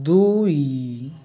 ଦୁଇ